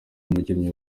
umukinnyi